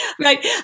Right